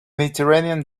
mediterranean